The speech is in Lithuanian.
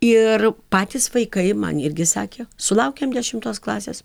ir patys vaikai man irgi sakė sulaukėm dešimtos klasės